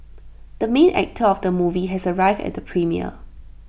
the main actor of the movie has arrived at premiere